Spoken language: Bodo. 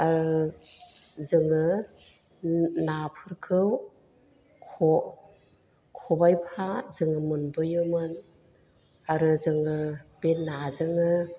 आरो जोङो नाफोरखौ खबाइफा जोङो मोनबोयोमोन आरो जोङो बे नाजोंनो